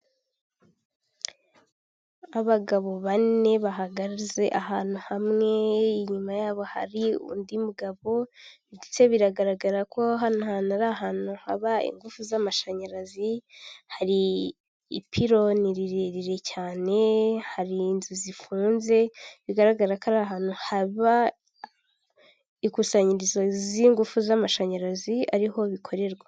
Abagabo bane bahagaze ahantu hamwe inyuma yabo hari undi mugabo, ndetse biragaragara ko hano ari ahantu ari ahantu haba ingufu z'amashanyarazi, hari ipironi rirerire cyane, hari inzu zifunze bigaragara ko ari ahantu haba ikusanyirizo z'ingufu z'amashanyarazi ariho bikorerwa.